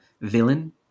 villain